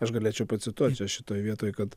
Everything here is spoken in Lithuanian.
aš galėčiau pacituoti šitoj vietoj kad